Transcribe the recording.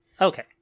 Okay